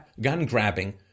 gun-grabbing